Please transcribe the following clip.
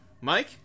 Mike